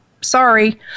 Sorry